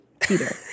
Peter